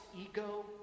ego